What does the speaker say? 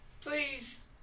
please